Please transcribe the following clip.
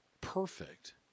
perfect